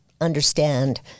understand